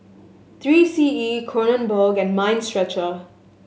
Three C E Kronenbourg and Mind Stretcher